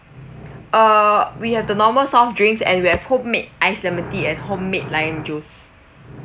uh we have the normal soft drinks and we have homemade ice lemon tea and homemade lime juice